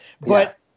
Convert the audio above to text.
but-